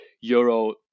euro